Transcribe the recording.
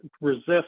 resist